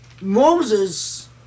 Moses